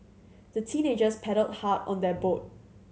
the teenagers paddled hard on their boat